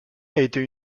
été